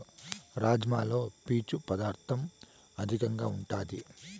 రాజ్మాలో పీచు పదార్ధం అధికంగా ఉంటాది